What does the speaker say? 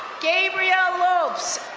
gabriel lopes.